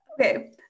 okay